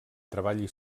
treballi